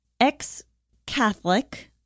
ex-Catholic